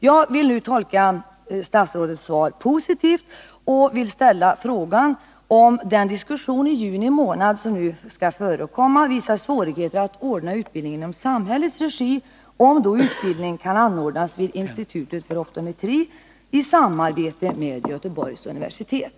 Jag tolkar statsrådets svar positivt och vill nu ställa följande fråga: Om det vid diskussionen i juni visar sig svårt att ordna utbildningen i samhällets regi, kan då utbildning anordnas vid Institutet för optometri i samarbete med Göteborgs universitet?